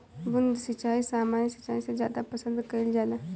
बूंद सिंचाई सामान्य सिंचाई से ज्यादा पसंद कईल जाला